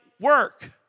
work